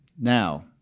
Now